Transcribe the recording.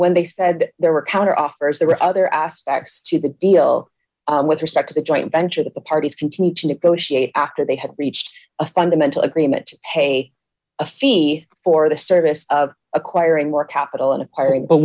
when they said there were counteroffers there were other aspects to the deal with respect to the joint venture that the parties continue to negotiate after they had reached a fundamental agreement to pay a fee for the service of acquiring more capital and acquiring but